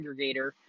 aggregator